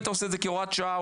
היית עושה את זה כהוראת שעה,